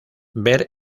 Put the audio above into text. ver